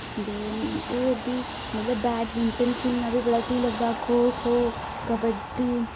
ते होर बी मतलब बैडमिंटन खेढना बी बड़ा स्हेई लगदा खो खो कबड्डी